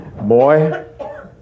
boy